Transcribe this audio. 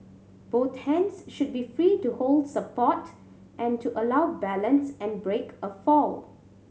both hands should be free to hold support and to allow balance and break a fall